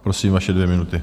Prosím, vaše dvě minuty.